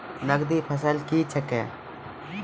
नगदी फसल क्या हैं?